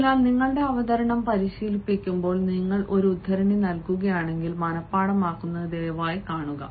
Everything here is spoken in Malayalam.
അതിനാൽ നിങ്ങളുടെ അവതരണം പരിശീലിപ്പിക്കുമ്പോൾ നിങ്ങൾ ഒരു ഉദ്ധരണി നൽകുകയാണെങ്കിൽ മനപാഠമാക്കുന്നത് ദയവായി കാണുക